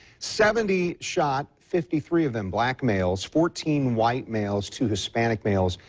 seventy shot, fifty three of them black males, fourteen white males, two hispanic males,